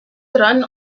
run